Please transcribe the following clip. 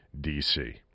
DC